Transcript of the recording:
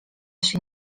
się